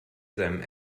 seinem